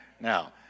Now